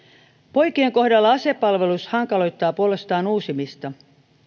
poikien kohdalla asepalvelus hankaloittaa puolestaan uusimista